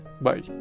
Bye